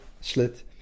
slit